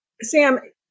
Sam